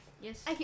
Yes